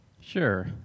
Sure